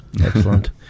Excellent